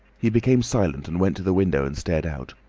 he became silent and went to the window and stared out.